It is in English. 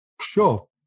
sure